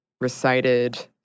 recited